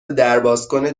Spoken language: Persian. دربازکن